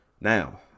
now